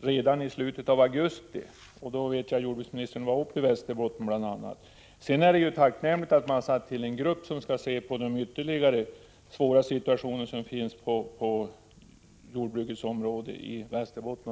redan i slutet av augusti, och jag vet att jordbruksministern då var uppe bl.a. i Västerbotten. Sedan är det tacknämligt att man har satt till en arbetsgrupp som skall se ytterligare på den svåra situationen på jordbrukets område i Västerbotten.